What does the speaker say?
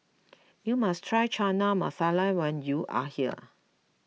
you must try Chana Masala when you are here